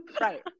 right